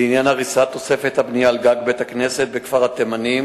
לעניין הריסת תוספת הבנייה על גג בית-הכנסת בכפר-התימנים,